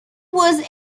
was